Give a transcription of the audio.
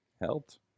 Helped